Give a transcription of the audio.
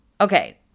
Okay